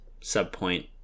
sub-point